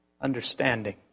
understanding